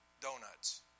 donuts